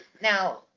now